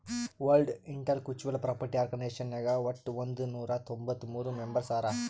world intellectual property organisation ನಾಗ್ ವಟ್ ಒಂದ್ ನೊರಾ ತೊಂಬತ್ತ ಮೂರ್ ಮೆಂಬರ್ಸ್ ಹರಾ